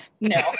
no